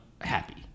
happy